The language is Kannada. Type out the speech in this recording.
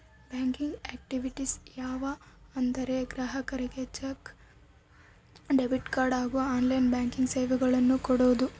ಬ್ಯಾಂಕಿಂಗ್ ಆಕ್ಟಿವಿಟೀಸ್ ಯಾವ ಅಂದರೆ ಗ್ರಾಹಕರಿಗೆ ಚೆಕ್, ಡೆಬಿಟ್ ಕಾರ್ಡ್ ಹಾಗೂ ಆನ್ಲೈನ್ ಬ್ಯಾಂಕಿಂಗ್ ಸೇವೆಗಳನ್ನು ಕೊಡೋದು